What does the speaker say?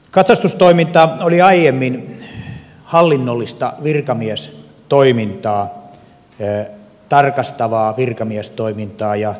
katsastustoiminta oli aiemmin hallinnollista virkamiestoimintaa tarkastavaa virkamiestoimintaa